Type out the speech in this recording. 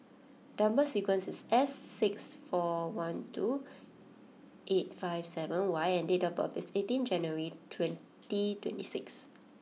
number sequence is S six four one two eight five seven Y and date of birth is eighteen January twenty twenty six